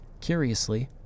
Curiously